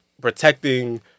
protecting